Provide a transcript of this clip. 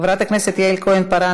חברת הכנסת יעל כהן-פארן,